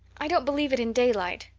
i don't believe it in daylight.